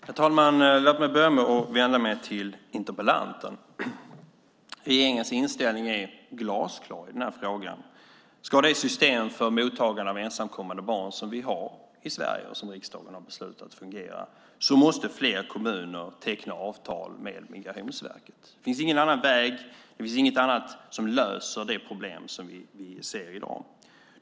Herr talman! Låt mig börja med att vända mig till interpellanten. Regeringens inställning är glasklar i den här frågan. Ska det system för mottagande av ensamkommande barn som vi har i Sverige och som riksdagen har beslutat om fungera måste fler kommuner teckna avtal med Migrationsverket. Det finns ingen annan väg. Det finns inget annat som löser det problem som vi ser i dag.